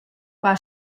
qua